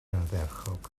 ardderchog